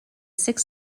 six